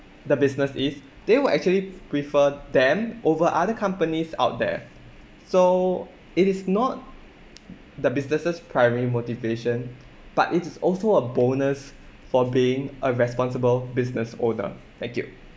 the business is they would actually prefer them over other companies out there so it is not the businesses' primary motivation but it is also a bonus for being a responsible business owner thank you